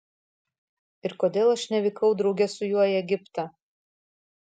ir kodėl aš nevykau drauge su juo į egiptą